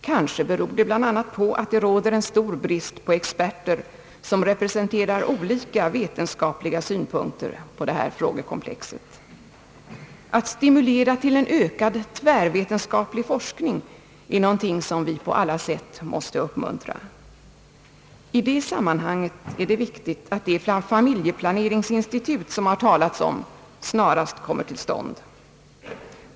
Kanske beror detta bl.a. på att det råder en stor brist på experter, som representerar olika vetenskapliga synpunkter på detta frågekomplex. Att stimulera till en ökad tvärvetenskaplig forskning är något som vi på alla sätt måste uppmuntra. I det sammanhanget är det viktigt att det familjeplaneringsinstitut, som det har talats om, snarast kommer till stånd.